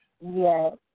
Yes